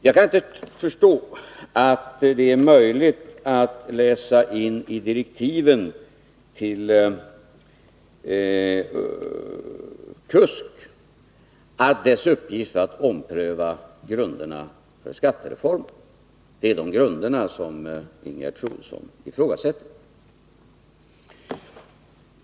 Jag kan inte förstå att det är möjligt att läsa in i direktiven till KUSK att dess uppgift var att ompröva grunderna för skattereformen. Det är de grunderna som Ingegerd Troedsson ifrågasätter.